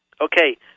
Okay